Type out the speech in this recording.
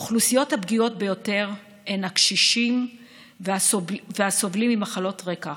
האוכלוסיות הפגיעות ביותר הן הקשישים והסובלים ממחלות רקע,